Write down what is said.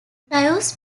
gaius